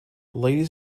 ladies